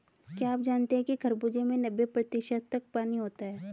क्या आप जानते हैं कि खरबूजे में नब्बे प्रतिशत तक पानी होता है